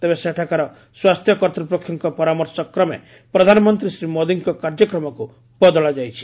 ତେବେ ସେଠାକାର ସ୍ୱାସ୍ଥ୍ୟ କର୍ତ୍ତୃପକ୍ଷଙ୍କ ପରାମର୍ଶ କ୍ରମେ ପ୍ରଧାନମନ୍ତ୍ରୀ ଶ୍ରୀ ମୋଦୀଙ୍କ କାର୍ଯ୍ୟକ୍ରମକୁ ବଦଳା ଯାଇଛି